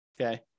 okay